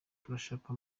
turashaka